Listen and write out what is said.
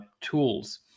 tools